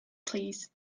please